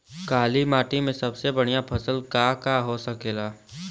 काली माटी में सबसे बढ़िया फसल का का हो सकेला?